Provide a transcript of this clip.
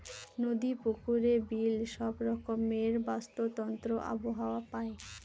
নদী, পুকুরে, বিলে সব রকমের বাস্তুতন্ত্র আবহাওয়া পায়